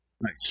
Nice